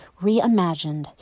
reimagined